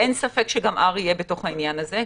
אין ספק שגם R יהיה בתוך העניין הזה.